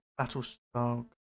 Battlestar